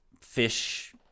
fish